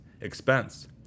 Expense